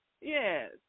Yes